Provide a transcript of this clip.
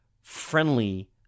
friendly